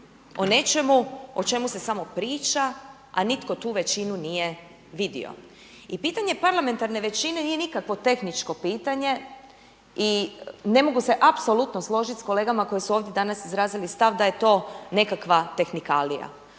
o nečemu o čemu se samo priča a nitko tu većinu nije vidio. I pitanje parlamentarne većine nije nikakvo tehničko pitanje i ne mogu se apsolutno složiti sa kolegama koji su ovdje danas izrazili stav da je to nekakva tehnikalija.